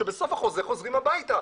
שבסוף החוזה חוזרים הביתה.